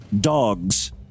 dogs